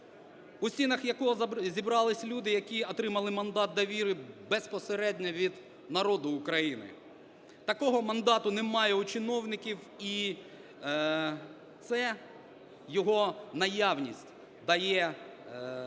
у стінах якого зібралися люди, які отримали мандат довіри безпосередньо від народу України. Такого мандату немає у чиновників і це, його наявність, дає нам,